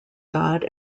god